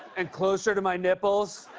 and closer to my nipples?